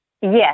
Yes